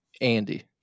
Andy